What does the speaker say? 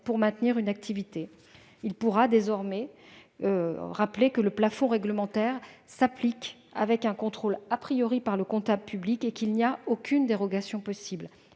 pour maintenir une activité. Il pourra désormais rappeler que le plafond réglementaire s'applique avec un contrôle par le comptable public et qu'il n'y a aucune dérogation possible.